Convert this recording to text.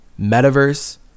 metaverse